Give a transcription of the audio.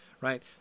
right